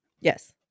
Yes